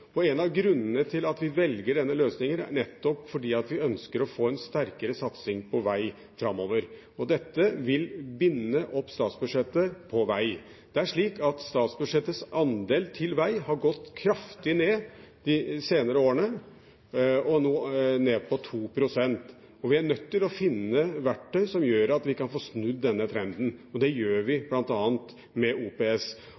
framover. En av grunnene til at vi velger denne løsningen, er nettopp fordi vi ønsker å få en sterkere satsing på veg framover. Dette vil binde opp statsbudsjettet på veg. Det er slik at statsbudsjettets andel til veg har gått kraftig ned de senere årene og er nå nede på 2 pst. Vi er nødt til å finne verktøy som gjør at vi kan få snudd denne trenden, og det gjør